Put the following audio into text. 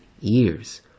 years